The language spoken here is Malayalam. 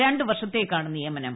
രണ്ട് വർഷത്തേക്കാണ് നിയമനം